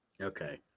Okay